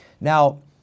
Now